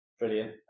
Brilliant